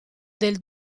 del